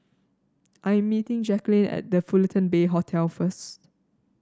I'm meeting Jacquelin at The Fullerton Bay Hotel first